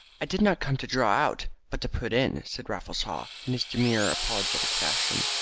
i did not come to draw out, but to put in, said raffles haw in his demure apologetic fashion.